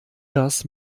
das